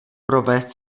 provést